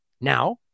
Now